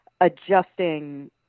adjusting